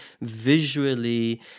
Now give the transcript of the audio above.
visually